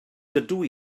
dydw